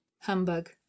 humbug